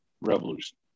revolution